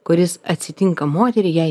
kuris atsitinka moteriai jai